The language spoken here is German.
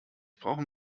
brauchen